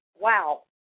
wow